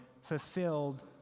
fulfilled